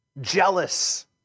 Jealous